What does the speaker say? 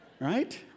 right